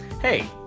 Hey